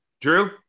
Drew